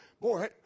boy